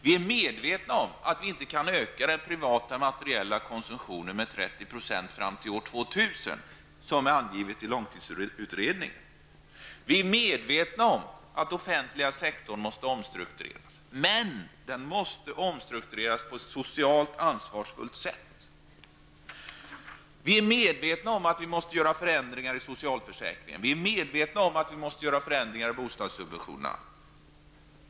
Vi är medvetna om att vi inte kan öka den privata materiella konsumtionen med 30 % fram till år 2000, som är angivet i långtidsutredningen. Vi är medvetna om att den offentliga sektorn måste omstruktureras. Men den måste omstruktureras på ett socialt ansvarsfullt sätt. Vi är medvetna om att vi måste genomföra förändringar i socialförsäkringen. Vi är medvetna om att vi måste genomföra förändringar när det gäller bostadssubventionerna.